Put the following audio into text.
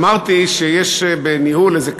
אמרתי שיש בניהול איזה כלל,